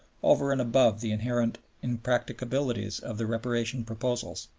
over and above the inherent impracticabilities of the reparation proposals.